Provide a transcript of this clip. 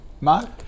Mark